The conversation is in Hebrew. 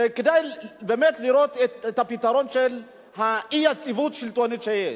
שכדאי באמת לראות את הפתרון של האי-יציבות השלטונית שיש.